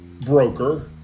broker